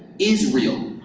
is real.